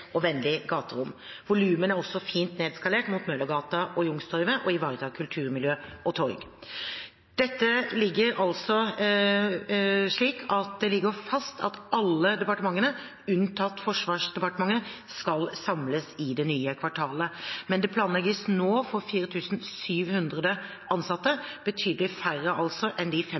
og vennlig gaterom. Volumene er også fint nedskalert mot Møllergata og Youngstorget og ivaretar kulturmiljø og torg. Det ligger fast at alle departementene, unntatt Forsvarsdepartementet, skal samles i det nye kvartalet. Men det planlegges nå for 4 700 ansatte, betydelig færre enn de